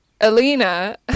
Alina